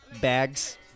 bags